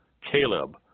Caleb